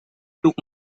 took